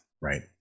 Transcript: Right